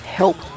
help